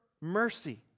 mercy